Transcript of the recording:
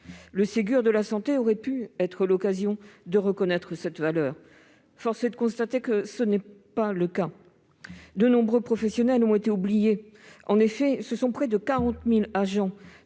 Le Ségur de la santé aurait pu être l'occasion de le reconnaître à sa juste valeur : force est de constater que ce n'est pas le cas. De nombreux professionnels ont été oubliés. En effet, ce sont près de 40 000 agents